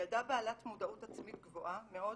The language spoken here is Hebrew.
ילדה בעלת מודעות עצמית גבוהה מאוד